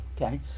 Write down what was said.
Okay